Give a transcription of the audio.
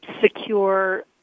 secure